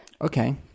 Okay